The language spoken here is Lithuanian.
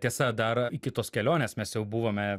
tiesa dar iki tos kelionės mes jau buvome